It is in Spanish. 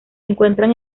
encuentran